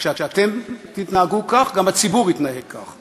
כשאתם תתנהגו כך, גם הציבור יתנהג כך.